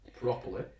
properly